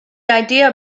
idea